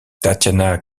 tatiana